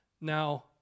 Now